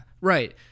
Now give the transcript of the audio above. right